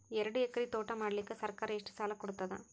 ಎರಡು ಎಕರಿ ತೋಟ ಮಾಡಲಿಕ್ಕ ಸರ್ಕಾರ ಎಷ್ಟ ಸಾಲ ಕೊಡತದ?